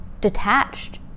detached